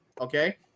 okay